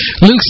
Luke